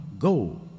Go